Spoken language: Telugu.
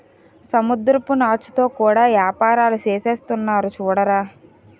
సముద్రపు నాచుతో కూడా యేపారాలు సేసేస్తున్నారు సూడరా